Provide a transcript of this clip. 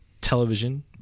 television